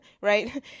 right